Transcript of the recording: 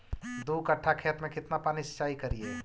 दू कट्ठा खेत में केतना पानी सीचाई करिए?